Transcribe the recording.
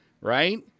right